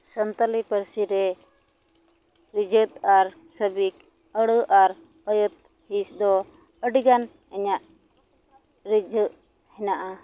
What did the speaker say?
ᱥᱟᱱᱛᱟᱞᱤ ᱯᱟᱹᱨᱥᱤ ᱨᱮ ᱤᱡᱚᱛ ᱟᱨ ᱥᱟᱹᱵᱤᱠ ᱟᱹᱲᱟᱹ ᱟᱨ ᱟᱹᱭᱟᱹᱛ ᱦᱤᱸᱥ ᱫᱚ ᱟᱹᱰᱤ ᱜᱟᱱ ᱤᱧᱟᱹᱜ ᱨᱤᱡᱷᱟᱹᱜ ᱦᱮᱱᱟᱜᱼᱟ